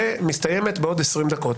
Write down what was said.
ומסתיימת בעוד עשרים דקות.